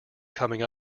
coming